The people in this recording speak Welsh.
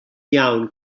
iawn